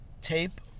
tape